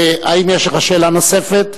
האם יש לך שאלה נוספת?